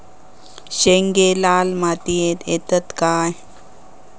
शेंगे लाल मातीयेत येतत काय?